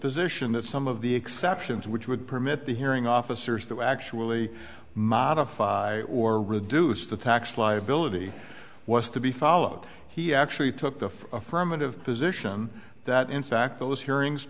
position that some of the exceptions which would permit the hearing officers to actually modify or reduce the tax liability was to be followed he actually took the affirmative position that in fact those hearings